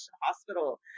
hospital